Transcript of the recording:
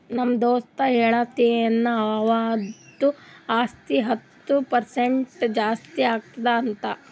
ನಮ್ದು ದೋಸ್ತ ಹೇಳತಿನು ಅವಂದು ಆಸ್ತಿ ಹತ್ತ್ ಪರ್ಸೆಂಟ್ ಜಾಸ್ತಿ ಆಗ್ಯಾದ್ ಅಂತ್